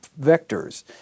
vectors